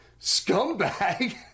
scumbag